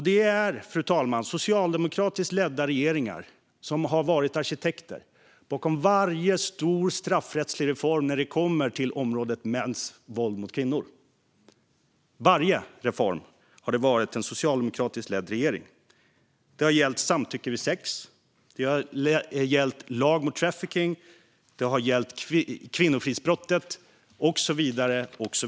Det är socialdemokratiskt ledda regeringar som har varit arkitekter bakom varje stor straffrättslig reform på området mäns våld mot kvinnor. Vid varje reform har det varit en socialdemokratiskt ledd regering. Det har gällt samtycke vid sex, det har gällt lag mot trafficking, det har gällt kvinnofridsbrottet och så vidare.